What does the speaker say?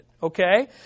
Okay